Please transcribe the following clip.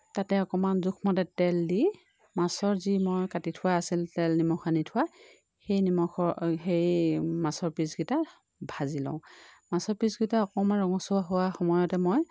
তাতে অকণমান জোখমতে তেল দি মাছৰ যি মই কাটি থোৱা আছিল তেল নিমখ সানি থোৱা সেই নিমখৰ সেই মাছৰ পিচ কেইটা ভাজি লওঁ মাছৰ পিচ কেইটা অকণমান ৰঙচুৱা হোৱা সময়তে মই